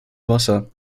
wasser